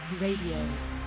Radio